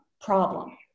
problem